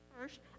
first